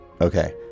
Okay